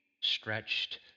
stretched